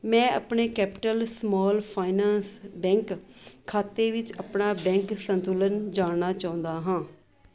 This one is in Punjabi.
ਮੈਂ ਆਪਣੇ ਕੈਪੀਟਲ ਸਮੋਲ ਫਾਈਨਾਂਸ ਬੈਂਕ ਖਾਤੇ ਵਿੱਚ ਆਪਣਾ ਬੈਂਕ ਸੰਤੁਲਨ ਜਾਣਨਾ ਚਾਹੁੰਦਾ ਹਾਂ